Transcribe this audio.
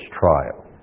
trial